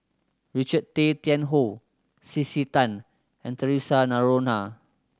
Richard Tay Tian Hoe C C Tan and Theresa Noronha